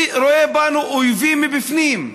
רואה בנו אויבים מבפנים,